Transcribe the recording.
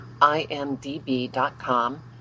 imdb.com